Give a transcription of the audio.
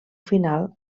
final